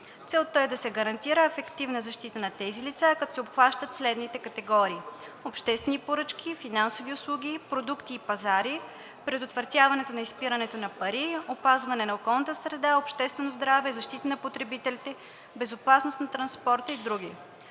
Целта е да се гарантира ефективна защита на тези лица, като се обхващат следните категории: обществени поръчки, финансови услуги, продукти и пазари, предотвратяването на изпирането на пари, опазване на околната среда, обществено здраве, защита на потребителите, безопасност на транспорта и други.